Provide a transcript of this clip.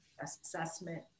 assessment